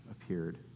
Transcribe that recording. appeared